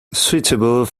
suitable